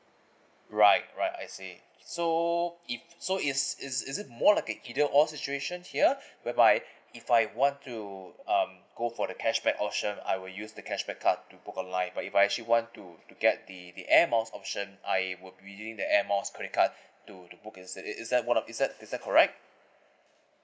right right I see so if so it's it's is it more like a either all situation here whereby if I want to um go for the cashback option I will use the cashback card to book online but if I actually want to to get the the air miles option I would using the air miles credit card to to book instead is that one of is that is that correct